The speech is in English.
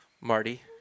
Marty